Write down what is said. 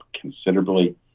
considerably